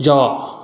जँ